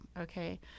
okay